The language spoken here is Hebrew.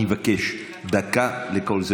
אני מבקש: דקה לכל אחת.